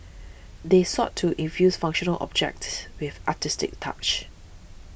they sought to infuse functional objects with artistic touches